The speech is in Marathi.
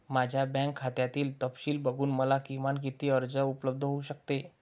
माझ्या बँक खात्यातील तपशील बघून मला किमान किती कर्ज उपलब्ध होऊ शकते?